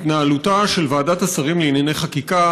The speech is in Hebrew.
התנהלותה של ועדת השרים לענייני חקיקה